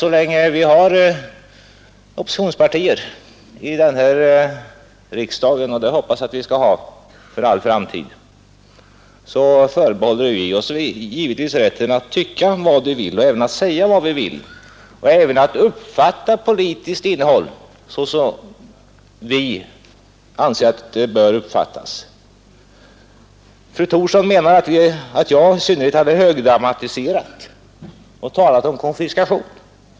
Så länge vi har oppositionspartier i den här riksdagen — och det hoppas jag att vi skall ha för all framtid — förbehåller de sig givetvis rätten att tycka och säga vad de vill och även att uppfatta politiskt innehåll såsom de anser att det bör uppfattas. Fru Thorsson menar att i synnerhet jag hade högdramatiserat frågan när jag talade om konfiskation.